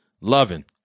loving